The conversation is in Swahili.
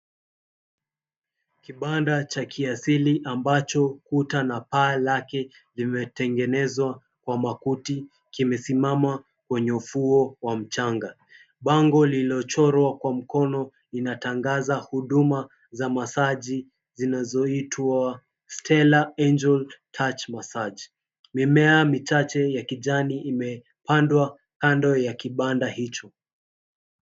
Kibanda cha kiasili ambacho kuta na paa lake limetengenezwa kwa makuti kimesimama wenye ufuo wa mchanga bango lililochorwa kwa mkono inatangaza huduma za masaji zinazoitwa Stella Angel Touch Massage. Mimea michache ya kijani imepandwa kando ya kibanda hicho.